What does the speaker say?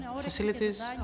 facilities